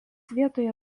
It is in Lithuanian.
vietoje